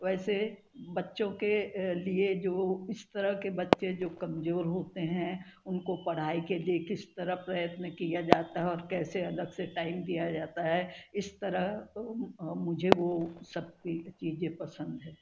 वैसे बच्चों के लिए जो इस तरह के बच्चे जो कमज़ोर होते हैं उनको पढ़ाई के लिए किस तरह प्रयत्न किया जाता है और कैसे अलग से टाइम दिया जाता है इस तरह मुझे वो सब की चीज़े पसंद है